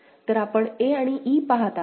तर आपण a आणि e पहात आहात